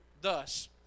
thus